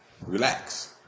relax